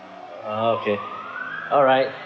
uh okay alright